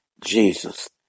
Jesus